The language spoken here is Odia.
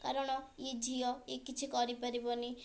କାରଣ ଏ ଝିଅ ଏ କିଛି କରିପାରିବ ନାହିଁ